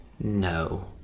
no